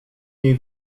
niej